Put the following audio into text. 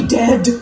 dead